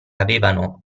avevano